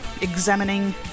examining